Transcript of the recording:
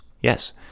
Yes